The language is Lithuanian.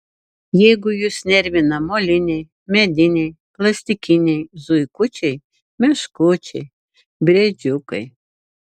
jeigu jus nervina moliniai mediniai plastikiniai zuikučiai meškučiai briedžiukai